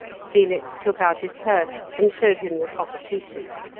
felix took out his purse and showed him the copper pieces.